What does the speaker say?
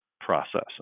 process